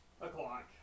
o'clock